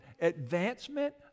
advancement